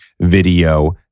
video